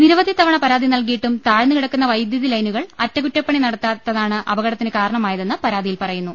നിരവധി തവണ പരാതി നൽകിയിട്ടും താഴ്ന്നു കിടക്കുന്ന വൈദ്യുതി ലൈനുകൾ അറ്റകുറ്റപ്പണി നടത്താത്തതാണ് അപ കടത്തിനു കാരണമായതെന്ന് പരാതിയിൽ പറയുന്നു